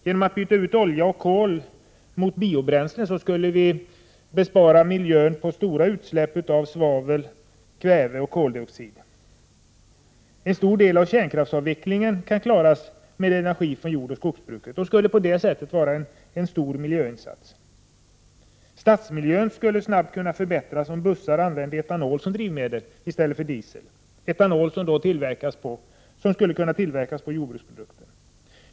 Genom att byta ut olja och kol mot biobränslen skulle vi bespara miljön stora utsläpp av svavel, kväve och koldioxid. En stor del av kärnkraftsavvecklingen kan klaras med energi från jordoch skogsbruket. Det skulle kunna innebära en stor miljöinsats. Stadsmiljön skulle snabbt förbättras, om man i bussarna använde etanol i stället för diesel som drivmedel. Etanolen kan då tillverkas på jordbruksprodukter.